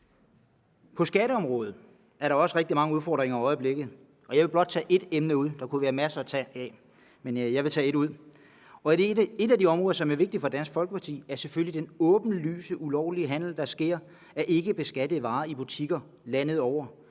På skatteområdet er der også rigtig mange udfordringer i øjeblikket. Jeg vil blot tage et emne ud, der kunne være masser at tage af, men jeg vil tage et ud. Et af de områder, som er vigtige for Dansk Folkeparti, er selvfølgelig den åbenlyst ulovlige handel, der sker med ikkebeskattede varer i butikker landet over.